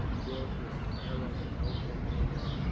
georgia, maryland, oklahoma